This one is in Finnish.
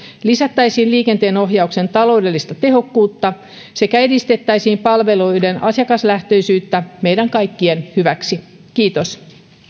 lisättäisiin liikenteenohjauksen taloudellista tehokkuutta sekä edistettäisiin palveluiden asiakaslähtöisyyttä meidän kaikkien hyväksi kiitos